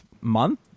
month